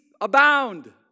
abound